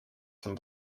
some